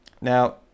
Now